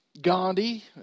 Gandhi